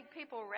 people